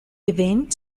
event